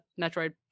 Metroid